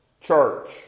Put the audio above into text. church